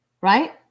right